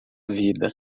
vida